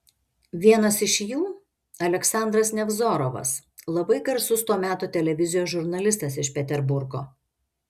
vienas iš jų aleksandras nevzorovas labai garsus to meto televizijos žurnalistas iš peterburgo